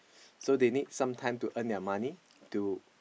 so they need some time to earn their money to